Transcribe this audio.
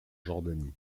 jordanie